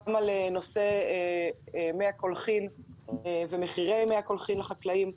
הן כוללות גם את נושא מי הקולחין ומחירי מי הקולחין לחקלאים.